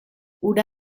hura